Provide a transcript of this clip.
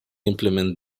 implement